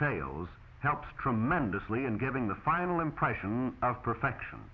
details helps tremendously in giving the final impression of perfection